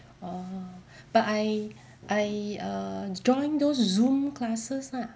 orh but I I err joined those zoom classes lah